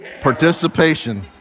participation